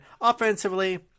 Offensively